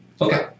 Okay